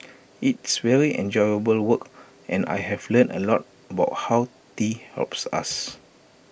it's very enjoyable work and I've learnt A lot about how tea helps us